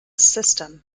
system